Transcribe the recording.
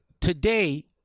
today